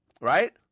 right